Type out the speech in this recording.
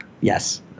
Yes